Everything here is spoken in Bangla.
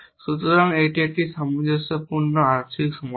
সুতরাং এটি একটি সামঞ্জস্যপূর্ণ আংশিক সমাধান